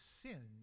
sin